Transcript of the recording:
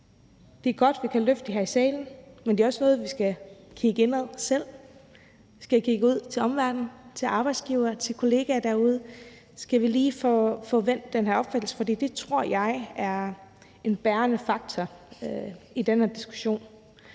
det er godt, at vi kan løfte det her i salen, men det er også noget, hvor vi selv skal kigge indad og skal kigge ud til omverdenen og til arbejdsgivere og til kollegaer derude, og så skal vi lige få vendt den her opfattelse, for det tror jeg er en bærende faktor i den her diskussion.